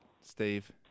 Steve